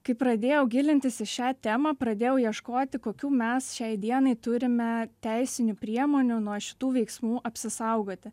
kai pradėjau gilintis į šią temą pradėjau ieškoti kokių mes šiai dienai turime teisinių priemonių nuo šitų veiksmų apsisaugoti